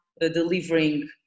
delivering